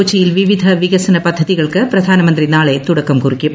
കൊച്ചിയിൽ വിവിധ വികസന പദ്ധതികൾക്ക് പ്രധാനമന്ത്രി നാളെ തുടക്കം കുറിക്കും